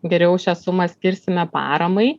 geriau šią sumą skirsime paramai